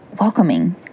welcoming